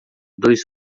dois